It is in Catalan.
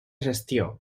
gestió